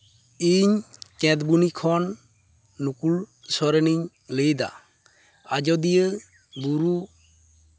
ᱤᱧ ᱠᱮᱱᱫᱽᱵᱩᱱᱤ ᱠᱷᱚᱱ ᱱᱩᱠᱩᱞ ᱥᱚᱨᱮᱱᱤᱧ ᱞᱟᱹᱭᱫᱟ ᱟᱡᱳᱫᱤᱭᱟᱹ ᱵᱩᱨᱩ